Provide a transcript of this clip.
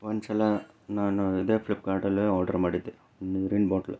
ಒಂದ್ಸಲ ನಾನು ಇದೇ ಫ್ಲಿಪ್ಕಾರ್ಟಲ್ಲೇ ಆರ್ಡರ್ ಮಾಡಿದ್ದೆ ನೀರಿನ ಬಾಟ್ಲು